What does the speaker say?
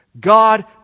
God